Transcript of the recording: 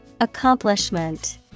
Accomplishment